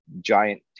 giant